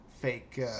fake